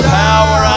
power